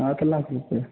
सात लाख रूपैआ